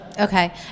Okay